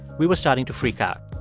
we were starting to freak out.